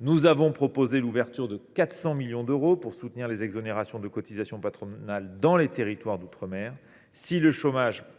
Nous avons proposé l’ouverture de 400 millions d’euros pour soutenir les exonérations de cotisations patronales dans les territoires d’outre mer.